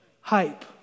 hype